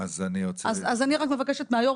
אני רק מבקשת מהיושב-ראש,